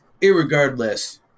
Irregardless